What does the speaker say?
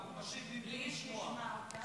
הוא משיב מבלי לשמוע.